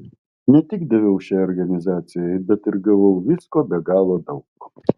ne tik daviau šiai organizacijai bet ir gavau visko be galo daug